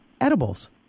edibles